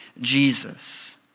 Jesus